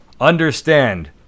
Understand